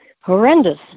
horrendous